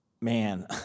man